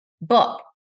book